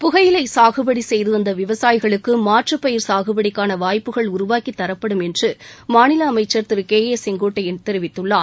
புகையிலை சாகுபடி செய்து வந்த விவசாயிகளுக்கு மாற்று பயிர் சாகுபடிக்கான வாய்ப்புகள் உருவாக்கித்தரப்படும் என்று மாநில அமைச்சர் திரு கே ஏ செங்கோட்டையன் தெரிவித்துள்ளார்